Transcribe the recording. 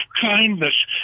kindness